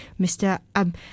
Mr